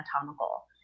anatomical